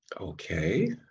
Okay